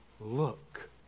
look